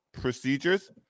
procedures